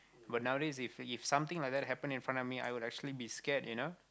but nowadays different if something like that happen in front of me I would actually be scared you know